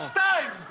time,